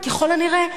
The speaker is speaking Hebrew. ככל הנראה,